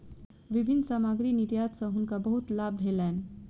विभिन्न सामग्री निर्यात सॅ हुनका बहुत लाभ भेलैन